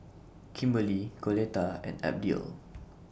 Kimberly Coletta and Abdiel